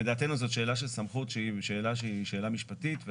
לדעתנו זו שאלה של סמכות שהיא שאלה משפטית.